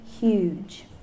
huge